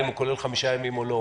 אם הוא כולל חמישה ימים או לא,